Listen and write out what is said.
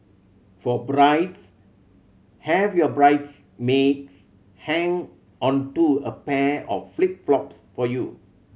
for brides have your bridesmaids hang onto a pair of flip flops for you